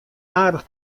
aardich